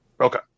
Okay